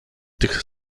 tych